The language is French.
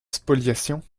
spoliation